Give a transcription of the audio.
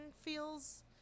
feels